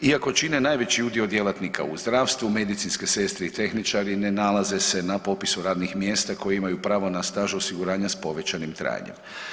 Iako čine najveći udio djelatnika u zdravstvu, medicinske sestre i tehničari ne nalaze se na popisu radnih mjesta koji imaju pravo na staž osiguranja s povećanim trajanjem.